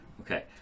Okay